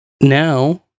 now